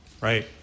right